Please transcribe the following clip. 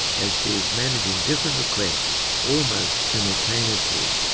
as she is managing different requests almost simultaneously.